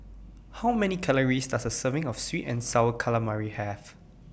How Many Calories Does A Serving of Sweet and Sour Calamari Have